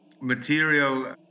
material